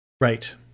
Right